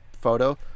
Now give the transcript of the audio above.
photo